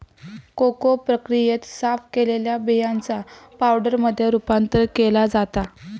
cocoa प्रक्रियेत, साफ केलेल्या बियांचा पावडरमध्ये रूपांतर केला जाता